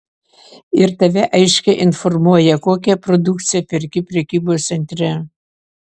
ir tave aiškiai informuoja kokią produkciją perki prekybos centre